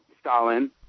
Stalin